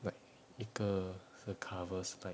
like 一个是 cover slide